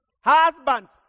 Husbands